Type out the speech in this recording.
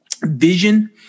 vision